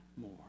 more